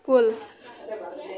کُل